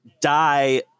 die